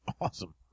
awesome